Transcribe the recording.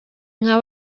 nka